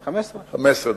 15. 15 דקות.